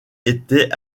était